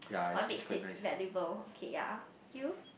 what makes it valuable okay ya you